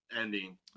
ending